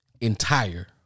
entire